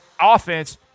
Offense